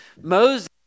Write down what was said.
Moses